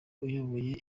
uyoboye